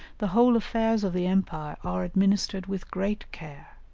the whole affairs of the empire are administered with great care,